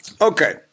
Okay